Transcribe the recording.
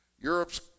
Europe's